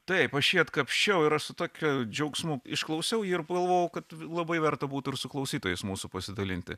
taip aš jį atkapsčiau ir aš su tokiu džiaugsmu išklausiau jį ir pagalvojau kad labai verta būtų ir su klausytojais mūsų pasidalinti